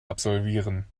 absolvieren